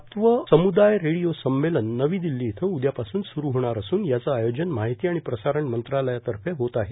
सातवं सम्दाय रेडीओ संमेलन नवी दिल्ली इथं उद्यापासून स्रु होणार असून याचं आयोजन माहिती आणि प्रसारण मंत्रालयातर्फे होत आहे